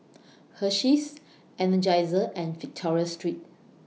Hersheys Energizer and Victoria Secret